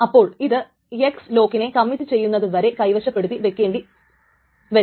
അപ്പോൾ ഇത് X ലോക്കിനെ കമ്മിറ്റ് ചെയ്യുന്നതുവരെ കൈവശപ്പെടുത്തി വെക്കേണ്ടിവരും